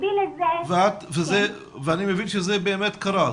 ואני מבין שזה באמת קרה,